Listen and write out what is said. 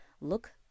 look